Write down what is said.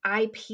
IP